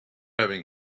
having